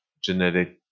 genetic